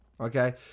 Okay